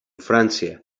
francia